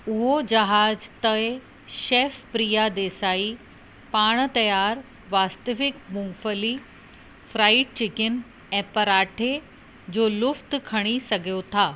उहो जहाज़ ते शेफ प्रिया देसाई पाण तयारु वास्तविक मूंगफली फ्राइड चिकन ऐं पराठें जो लुफ़्त खणी सघियो था